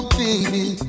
baby